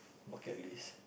okay list